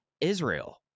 israel